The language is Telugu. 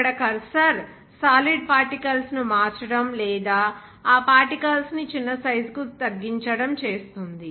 అక్కడ కర్సర్ సాలిడ్ పార్టికల్స్ ను మార్చడం లేదా ఆ పార్టికల్స్ ని చిన్న సైజు కి తగ్గించడం చేస్తుంది